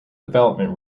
development